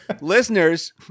listeners